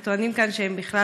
הם טוענים כאן שבכלל,